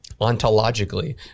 ontologically